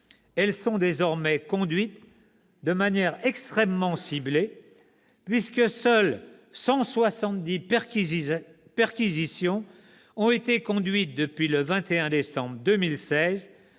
elles sont désormais conduites de manière extrêmement ciblée, puisque seules 170 perquisitions ont été conduites depuis le 21 décembre 2016,